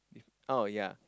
oh yea